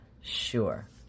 Sure